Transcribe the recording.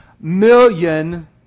million